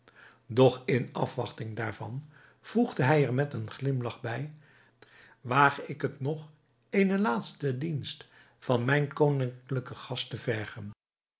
doch in afwachting daarvan voegde hij er met een glimlach bij waag ik het nog eene laatste dienst van mijn koninglijken gast te vergen